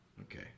Okay